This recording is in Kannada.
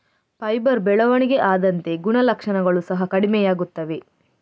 ಫೈಬರ್ ಬೆಳವಣಿಗೆ ಆದಂತೆ ಗುಣಲಕ್ಷಣಗಳು ಸಹ ಕಡಿಮೆಯಾಗುತ್ತವೆ